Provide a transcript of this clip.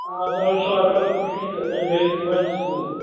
آ چلو اِنشاء اللہ کروس کوٗشِش تہٕ اَکہِ دۄیہِ دۄہہِ واتہِ سُکوٗل حظ